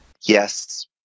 Yes